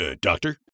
Doctor